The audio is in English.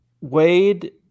Wade